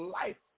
life